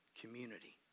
community